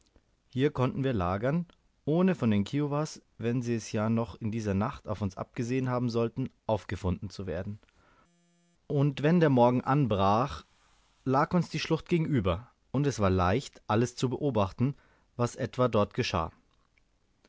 hier konnten wir lagern ohne von den kiowas wenn sie es ja noch in dieser nacht auf uns abgesehen haben sollten aufgefunden zu werden und wenn der morgen anbrach lag uns die schlucht gegenüber und es war leicht alles zu beobachten was etwa dort geschah